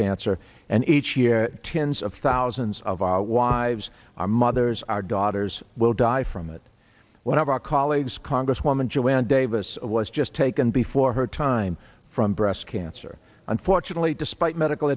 cancer and each year tens of thousands of our wives our mothers our daughters will die from it one of our colleagues congresswoman joanne davis was just taken before her time from breast cancer unfortunately despite medical